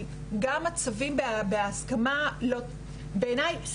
גם הצווים בהסכמה הם לא,